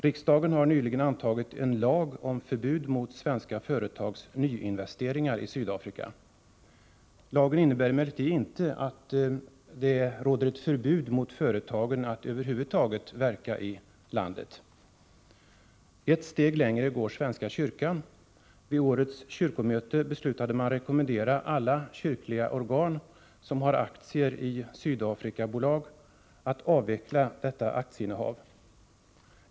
Riksdagen har nyligen antagit en lag om förbud mot svenska företags nyinvesteringar i Sydafrika. Lagen innebär emellertid inte förbud mot företagen att över huvud taget finnas kvar och verka i landet. Ett steg längre går Svenska kyrkan. Vid årets kyrkomöte beslöt man att rekommendera alla kyrkliga organ som har aktier i s.k. Sydafrikabolag att avveckla dessa aktieinnehav.